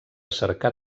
cercar